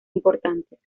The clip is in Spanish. importantes